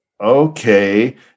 okay